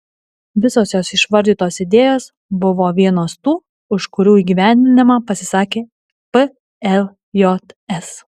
visos jos išvardytos idėjos buvo vienos tų už kurių įgyvendinimą pasisakė pljs